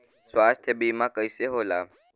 स्वास्थ्य बीमा कईसे होला?